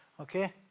Okay